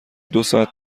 دوساعت